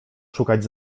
szukać